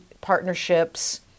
partnerships